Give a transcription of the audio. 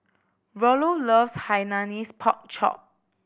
Rollo loves Hainanese Pork Chop